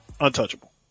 untouchable